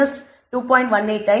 18 times 3